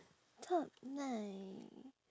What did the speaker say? top nine